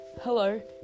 Hello